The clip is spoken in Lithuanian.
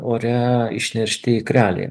ore išneršti ikreliai